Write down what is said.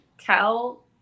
tell